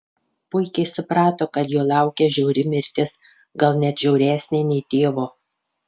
puikiai suprato kad jo laukia žiauri mirtis gal net žiauresnė nei tėvo